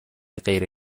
غیر